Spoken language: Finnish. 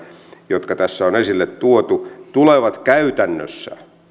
jotka tässä on esille tuotu tulevat käytännössä